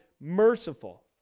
merciful